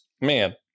man